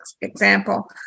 example